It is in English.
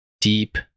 deep